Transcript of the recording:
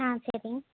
ஆ சரி